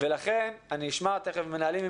ולכן נשמע ממנהלים,